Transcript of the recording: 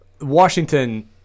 Washington